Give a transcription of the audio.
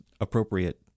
appropriate